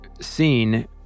scene